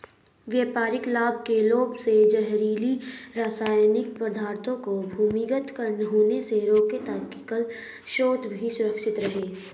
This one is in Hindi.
व्यापारिक लाभ के लोभ से जहरीले रासायनिक पदार्थों को भूमिगत होने से रोकें ताकि जल स्रोत भी सुरक्षित रहे